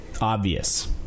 Obvious